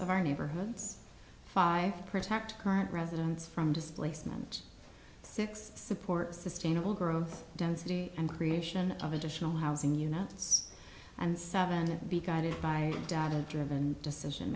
of our neighborhoods five protect current residents from displacement six support sustainable growth density and creation of additional housing units and seven to be guided by data driven decision